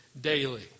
daily